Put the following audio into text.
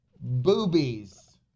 Boobies